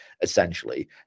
essentially